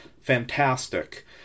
fantastic